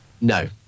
No